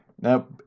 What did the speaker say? Now